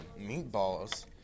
meatballs